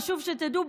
חשוב שתדעו,